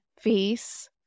face